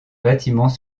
bâtiments